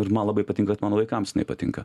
ir man labai patinka kad mano vaikams jinai patinka